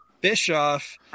Bischoff